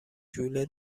ژوله